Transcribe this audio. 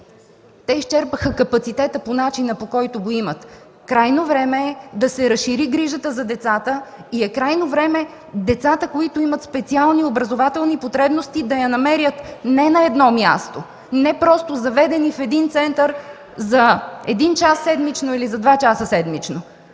Те изчерпаха капацитета по начина, по който го имат. Крайно време е да се разшири грижата за децата и тези, които имат специални образователни потребности, да я намерят не на едно място, не просто заведени в един център за един или два часа седмично.